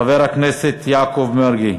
חבר הכנסת יעקב מרגי,